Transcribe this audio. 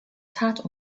tat